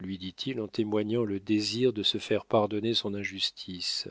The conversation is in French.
lui dit-il en témoignant le désir de se faire pardonner son injustice